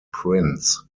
prints